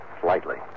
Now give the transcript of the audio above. slightly